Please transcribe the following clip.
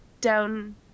Down